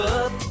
up